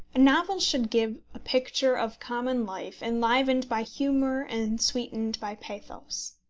a novel should give a picture of common life enlivened by humour and sweetened by pathos.